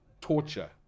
torture